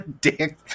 dick